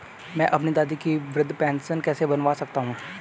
मैं अपनी दादी की वृद्ध पेंशन कैसे बनवा सकता हूँ?